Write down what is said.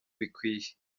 bikwiye